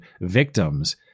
victims